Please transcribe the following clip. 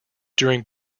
during